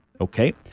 Okay